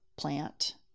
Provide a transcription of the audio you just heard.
plant